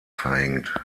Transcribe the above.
verhängt